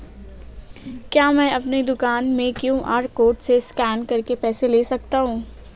क्या मैं अपनी दुकान में क्यू.आर कोड से स्कैन करके पैसे ले सकता हूँ?